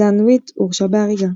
דן וויט הורשע בהריגה.